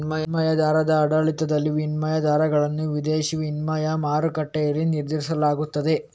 ವಿನಿಮಯ ದರದ ಆಡಳಿತದಲ್ಲಿ, ವಿನಿಮಯ ದರಗಳನ್ನು ವಿದೇಶಿ ವಿನಿಮಯ ಮಾರುಕಟ್ಟೆಯಲ್ಲಿ ನಿರ್ಧರಿಸಲಾಗುತ್ತದೆ